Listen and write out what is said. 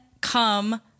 come